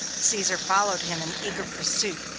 caesar followed him in eager pursuit.